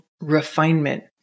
refinement